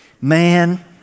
man